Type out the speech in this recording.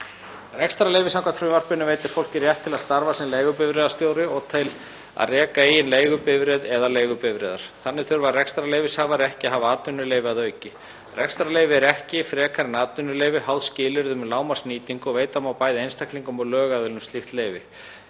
Rekstrarleyfið, samkvæmt frumvarpinu, veitir fólki rétt til að starfa sem leigubifreiðastjóri og til að reka eigin leigubifreið eða leigubifreiðar. Þannig þurfa rekstrarleyfishafar ekki að hafa atvinnuleyfi að auki. Rekstrarleyfi er ekki frekar en atvinnuleyfi háð skilyrði um lágmarksnýtingu og veita má bæði einstaklingum og lögaðilum slíkt leyfi.